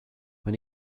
when